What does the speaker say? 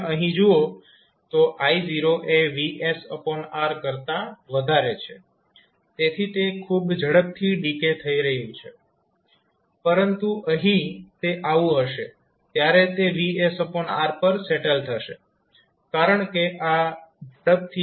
જો તમે અહીં જુઓ તો I0 એ VsR કરતા વધારે છે તેથી તે ખૂબ ઝડપથી ડીકે થઈ રહ્યું છે પરંતુ અહીં તે આવું હશે ત્યારે તે VsR પર સેટલ થશે કારણ કે આ ઝડપથી વધતી જતી વેલ્યુ છે